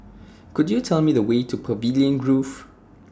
Could YOU Tell Me The Way to Pavilion Grove